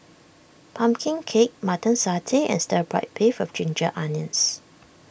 Pumpkin Cake Mutton Satay and Stir Fry Beef of Ginger Onions